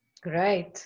Great